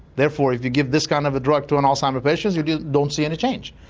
therefore if you give this kind of a drug to an alzheimer patient you don't don't see any change.